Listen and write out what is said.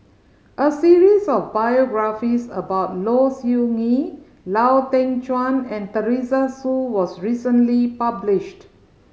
a series of biographies about Low Siew Nghee Lau Teng Chuan and Teresa Hsu was recently published